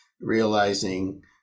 realizing